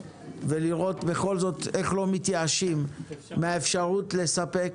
ולראות בכל זאת איך לא מתייאשים מהאפשרות לספק